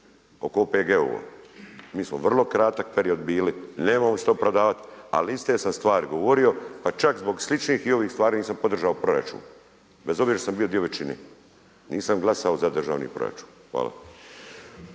oko OPG-ova? Mi smo vrlo kratak period bili, nemamo što opravdavat a iste sam stvari govorio pa čak zbog sličnih i ovih stvari nisam podržao proračun bez obzira što sam bio dio većine nisam glasao za državni proračun. Hvala.